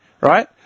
right